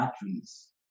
batteries